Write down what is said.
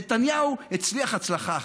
נתניהו הצליח הצלחה אחת: